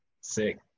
sick